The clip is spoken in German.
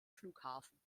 flughafen